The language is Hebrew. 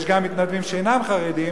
יש גם מתנדבים שאינם חרדים,